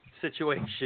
situation